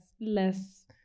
less